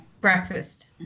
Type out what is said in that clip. Breakfast